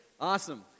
Awesome